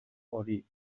hori